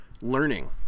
learning